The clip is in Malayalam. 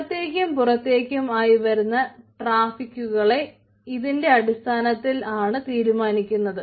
അകത്തേക്കും പുറത്തേക്കും ആയി വരുന്ന ട്രാഫിക്കുകളെ ഇതിന്റെ അടിസ്ഥാനത്തിൽ ആണ് തീരുമാനിക്കുന്നത്